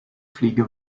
fliege